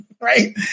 right